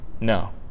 No